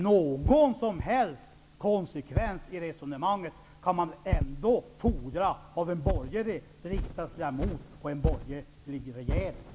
Någon konsekvens i resonemanget kan man ändå fordra av en borgerlig riksdagsledamot och en borgerlig regering.